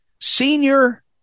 senior